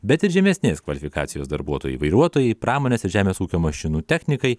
bet ir žemesnės kvalifikacijos darbuotojai vairuotojai pramonės ir žemės ūkio mašinų technikai